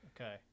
Okay